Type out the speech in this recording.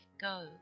go